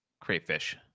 crayfish